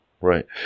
Right